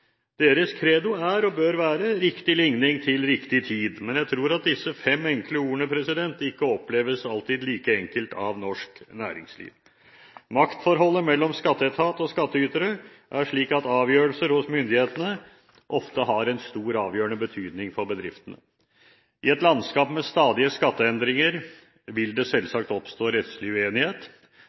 Deres credo er, og bør være, riktig ligning til riktig tid. Men jeg tror at disse fem enkle ordene ikke alltid oppleves like enkle av norsk næringsliv. Maktforholdet mellom skatteetat og skattytere er slik at avgjørelser hos myndighetene ofte har en stor og avgjørende betydning for bedriftene. I et landskap med stadige skatteendringer vil det selvsagt oppstå rettslig uenighet.